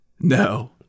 No